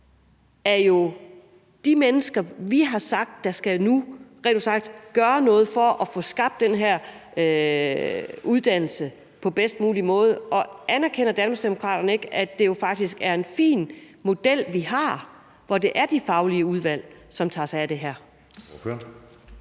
er de mennesker, som vi har sagt der nu rent ud sagt skal gøre noget for at få skabt den her uddannelse på bedst mulig måde. Anerkender Danmarksdemokraterne ikke, at det jo faktisk er en fin model, vi har, hvor det er de faglige udvalg, som tager sig af det her?